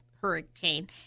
hurricane